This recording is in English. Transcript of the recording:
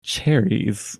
cherries